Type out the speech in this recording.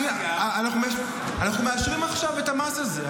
אנחנו מאשרים עכשיו את המס הזה.